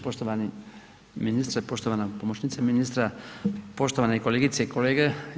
Poštovani ministre, poštovana pomoćnice ministra, poštovane kolegice i kolege.